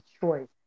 choice